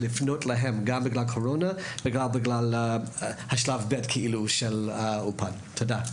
תודה.